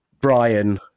Brian